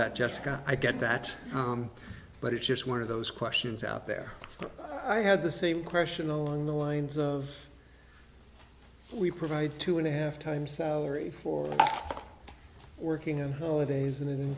that jesica i get that but it's just one of those questions out there so i had the same question along the lines of we provide two and a half times salary for working on holidays and